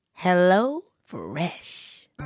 HelloFresh